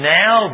now